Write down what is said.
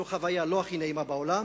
זו חוויה לא הכי נעימה בעולם,